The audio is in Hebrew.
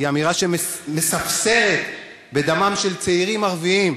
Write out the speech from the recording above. היא אמירה שמספסרת בדמם של צעירים ערבים,